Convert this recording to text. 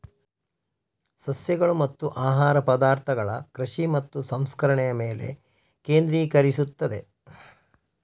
ಸಸ್ಯಗಳು ಮತ್ತು ಆಹಾರ ಪದಾರ್ಥಗಳ ಕೃಷಿ ಮತ್ತು ಸಂಸ್ಕರಣೆಯ ಮೇಲೆ ಕೇಂದ್ರೀಕರಿಸುತ್ತದೆ